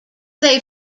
they